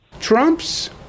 Trump's